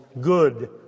good